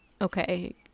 okay